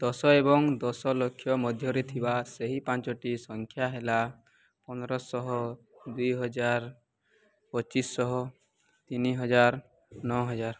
ଦଶ ଏବଂ ଦଶ ଲକ୍ଷ ମଧ୍ୟରେ ଥିବା ସେହି ପାଞ୍ଚଟି ସଂଖ୍ୟା ହେଲା ପନ୍ଦରଶହ ଦୁଇହଜାର ପଚିଶଶହ ତିନିହଜାର ନଅ ହଜାର